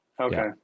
Okay